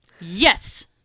Yes